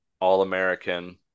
All-American